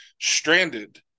stranded